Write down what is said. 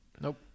Nope